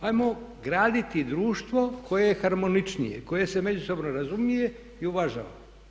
Ajmo graditi društvo koje je harmoničnije, koje se međusobno razumije i uvažava.